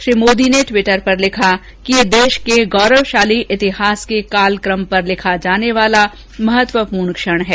श्री मोदी ने टिवटर पर लिखा कि यह देश के गौरवशाली इतिहास के कालकम पर लिखा जाना वाला महत्वपूर्ण क्षण है